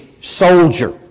soldier